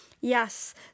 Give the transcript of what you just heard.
Yes